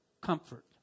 comfort